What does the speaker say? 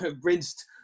rinsed